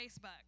Facebook